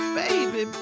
baby